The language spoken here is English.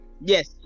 Yes